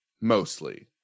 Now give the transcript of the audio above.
mostly